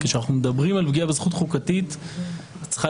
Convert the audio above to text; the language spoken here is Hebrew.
כשאנחנו מדברים על פגיעה בזכות חוקתית היא צריכה